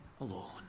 alone